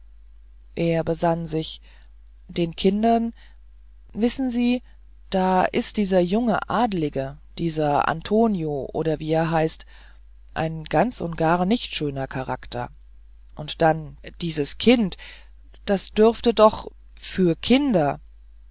er besann sich den kindern wissen sie da ist dieser junge adlige dieser antonio oder wie er heißt ein ganz und gar nicht schöner charakter und dann das kind dieses kind das dürfte doch für kinder